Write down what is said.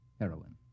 heroin